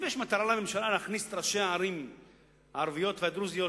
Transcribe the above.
אם יש מטרה לממשלה להכניס את ראשי הערים הערביות והדרוזיות,